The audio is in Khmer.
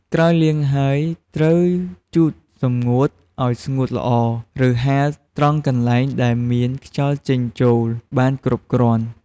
ក្រោយលាងហើយ ត្រូវជូតសម្ងួតឲ្យស្ងួតល្អ ឬហាលត្រង់កន្លែងដែលមានខ្យល់ចេញចូលបានគ្រប់គ្រាន់។